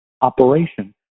operation